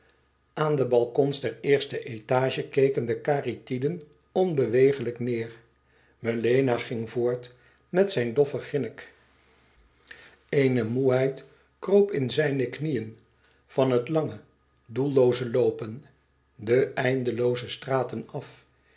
aan de balkons der eerste étage keken de kariatyden onbeweeglijk neêr melena ging voort met zijn doffen grinnik eene moêheid kroop in zijne knieën van het lange doellooze loopen de eindelooze straten af